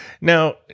Now